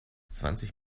zwanzig